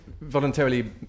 voluntarily